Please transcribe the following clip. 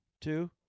two